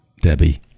Debbie